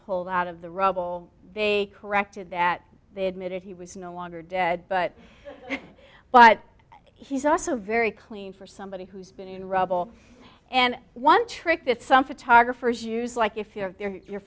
pulled out of the rubble they corrected that they admitted he was no longer dead but but he's also very clean for somebody who's been in rubble and one trick that some photographers use like if you're